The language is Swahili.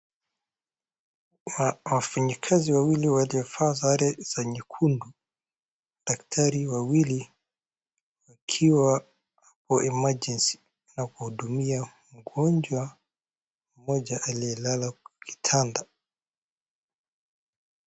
Wafanyikazi wawili waliovaa sare za nyekundu, daktari wawili wakiwa wa emergency na kuhudumia mgonjwa mmoja aliyelala kwa kitanda.